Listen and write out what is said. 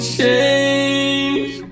change